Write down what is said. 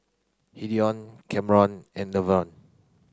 Hideo Kamron and Levern